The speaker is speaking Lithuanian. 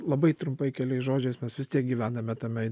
labai trumpai keliais žodžiais mes vis tiek gyvename tame